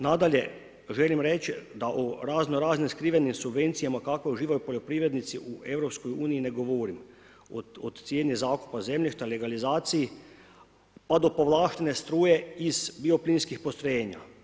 Nadalje želim reći da o razno raznim skrivenim subvencijama, kakve uživaju poljoprivrednici u EU ne govorim, od cijene zakupa zemljišta, legalizaciji, a do povlaštene struje iz bioplinskih postrojenja.